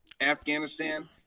Afghanistan